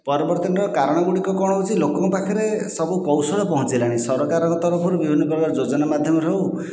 ପରିବର୍ତ୍ତନର କାରଣ ଗୁଡ଼ିକ କ'ଣ ହେଉଛି ଲୋକଙ୍କ ପାଖରେ ସବୁ କୌଶଳ ପହଞ୍ଚିଲାଣି ସରକାରଙ୍କ ତରଫରୁ ବିଭିନ୍ନ ପ୍ରକାର ଯୋଜନା ମାଧ୍ୟମରେ ହେଉ